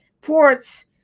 ports